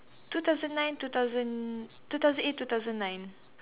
two thousand nine two thousand two thousand eight two thousand nine